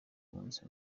munsi